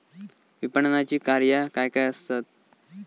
विपणनाची कार्या काय काय आसत?